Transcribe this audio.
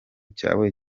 cyawe